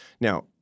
Now